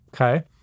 Okay